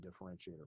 differentiator